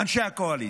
אנשי הקואליציה,